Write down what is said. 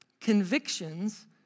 Convictions